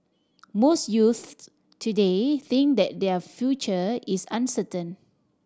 most youths today think that their future is uncertain